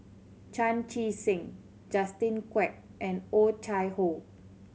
Chan Chee Seng Justin Quek and Oh Chai Hoo